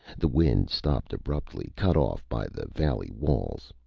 the wind stopped abruptly, cut off by the valley walls.